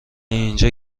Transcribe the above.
اینجا